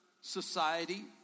society